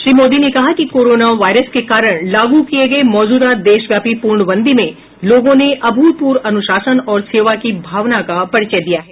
श्री मोदी ने कहा कि कोरोना वायरस के कारण लागू किए गए मौजूदा देशव्यापी पूर्णबंदी में लोगों ने अभूतपूर्व अनुशासन और सेवा की भावना का परिचय दिया है